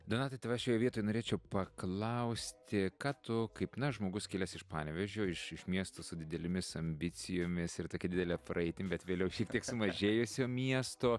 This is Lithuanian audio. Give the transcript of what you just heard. donatai tavęs šioje vietoje norėčiau paklausti ką tu kaip na žmogus kilęs iš panevėžio iš iš miesto su didelėmis ambicijomis ir tokia didele praeitim bet vėliau šiek tiek sumažėjusio miesto